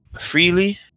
freely